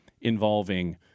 involving